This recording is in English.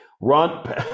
run